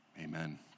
Amen